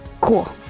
Cool